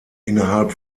innerhalb